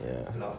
ya